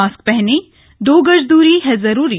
mask पहनें दो गज दूरी है जरूरी